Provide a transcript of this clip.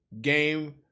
game